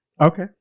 Okay